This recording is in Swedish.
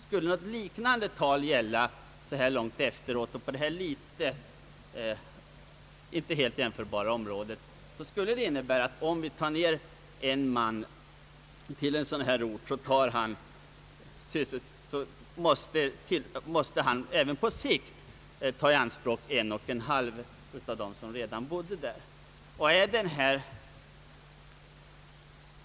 Skulle man göra samma beräkning för dagens inte helt jämförbara områden skulle det innebära att om man sysselsatte en man i en ort med brist på arbetskraft, så tar man också på längre sikt i anspråk 1,5 av de personer som redan bor på orten.